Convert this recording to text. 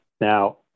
Now